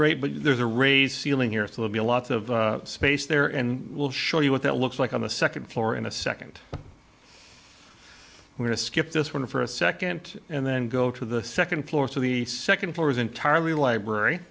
great but there's a raise ceiling here so will be a lot of space there and we'll show you what that looks like on the second floor in a second going to skip this one for a second and then go to the second floor to the second floor is entirely library